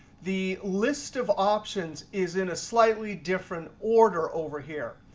the list of options is in a slightly different order over here.